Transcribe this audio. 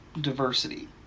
diversity